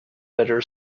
better